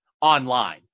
online